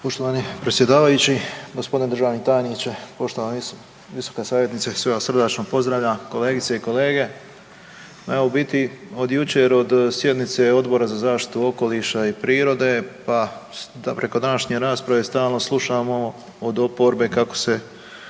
Poštovani predsjedavajući, g. državni tajniče, poštovani visoka savjetnice sve vas srdačno pozdravljam. Kolegice i kolege. Evo u biti od jučer od sjednice Odbora za zaštitu okoliša i prirode pa i preko današnje rasprave stalno slušamo od oporbe kako se